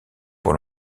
pour